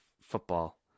football